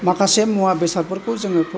माखासे मुवा बेसादफोरखौ जोङो